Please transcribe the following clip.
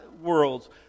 worlds